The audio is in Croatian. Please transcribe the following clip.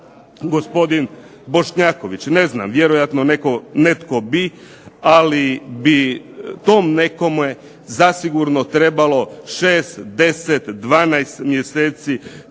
gospodin Bošnjaković. Ne znam, vjerojatno netko bi, ali bi tom nekome zasigurno trebalo 6, 10, 12 mjeseci